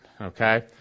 okay